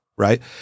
Right